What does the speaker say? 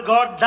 God